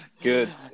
Good